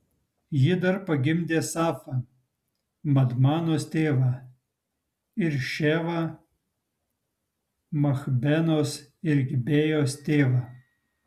ji dar pagimdė safą madmanos tėvą ir ševą machbenos ir gibėjos tėvą